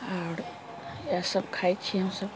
आओर इएह सभ खाइ छी हमसभ